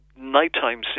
nighttime